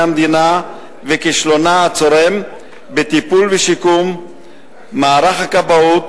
המדינה ומכישלונה הצורם בטיפול במערך הכבאות